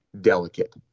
delicate